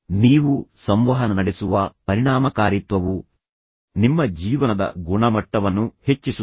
ನೀವು ಸಂವಹನ ನಡೆಸುವ ಪರಿಣಾಮಕಾರಿತ್ವವು ನಿಮ್ಮ ಜೀವನದ ಗುಣಮಟ್ಟವನ್ನು ಹೆಚ್ಚಿಸುತ್ತದೆ